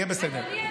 יהיה בסדר.